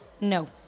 No